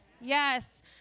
Yes